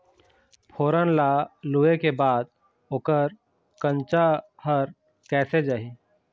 फोरन ला लुए के बाद ओकर कंनचा हर कैसे जाही?